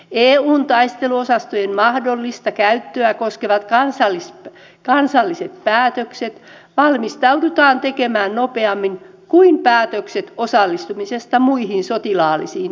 eun taisteluosastojen mahdollista käyttöä koskevat kansalliset päätökset valmistaudutaan tekemään nopeammin kuin päätökset osallistumisesta muihin sotilaallisiin kriisinhallintaoperaatioihin